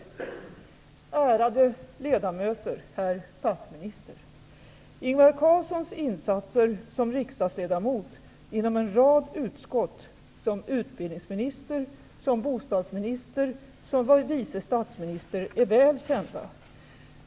Ärade ledamöter, herr statsminister! Ingvar Carlssons insatser som riksdagsledamot inom en rad utskott, som utbildningsminister, som bostadsminister och som vice statsminister är väl kända.